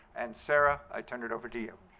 and sarah, i turn it over to you.